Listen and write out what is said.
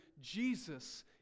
Jesus